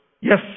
Yes